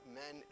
men